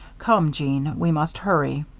come, jeanne, we must hurry.